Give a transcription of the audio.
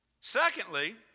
Secondly